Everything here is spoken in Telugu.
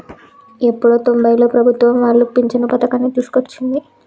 ఎప్పుడో తొంబైలలో ప్రభుత్వం వాళ్లు పించను పథకాన్ని తీసుకొచ్చింది